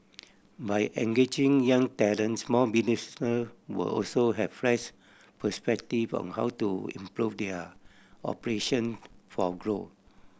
by engaging young talent small business will also have fresh perspective on how to improve their operation for growth